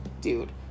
dude